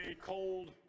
cold